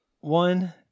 one